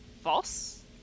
False